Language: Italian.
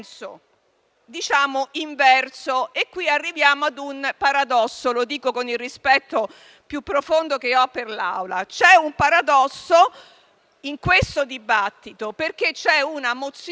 senso inverso. Qui arriviamo ad un paradosso e lo dico con il rispetto più profondo che ho per l'Assemblea. C'è un paradosso in questo dibattito, perché c'è una mozione